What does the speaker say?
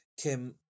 Kim